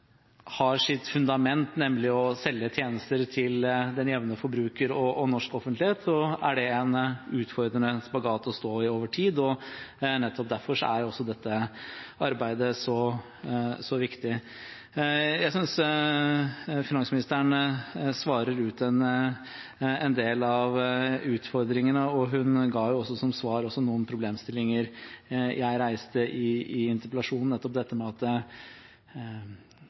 har som sitt fundament å selge tjenester til den jevne forbruker og norsk offentlighet, er det en utfordrende spagat å stå i over tid. Nettopp derfor er også dette arbeidet så viktig. Jeg synes finansministeren svarer ut en del av utfordringene, og hun ga som svar også noen problemstillinger jeg reiste i interpellasjonen, nettopp dette